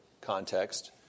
context